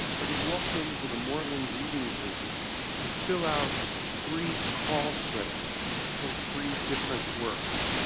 i would walk into the moorland reading room and fill out three call slips for three different works.